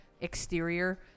exterior